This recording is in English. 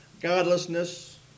Godlessness